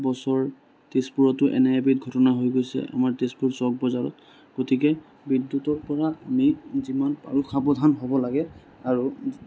বছৰ তেজপুৰতো এনে এবিধ ঘটনা হৈ গৈছে আমাৰ তেজপুৰ চ'ক বজাৰত গতিকে বিদ্যুতৰ পৰা আমি যিমান পাৰোঁ সাৱধান হ'ব লাগে আৰু